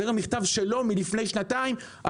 זה ממכתב שלו מלפני שנתיים,